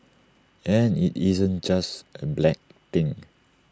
and IT isn't just A black thing